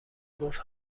گفت